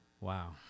Wow